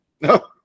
No